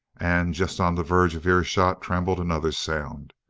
and just on the verge of earshot trembled another sound.